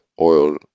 oil